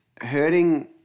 hurting